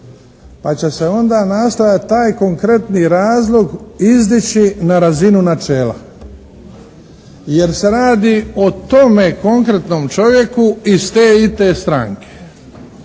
Pa će se onda nastojati taj konkretni razlog izdići na razinu načela. Jer se radi o tome konkretnom čovjeku iz te i te stranke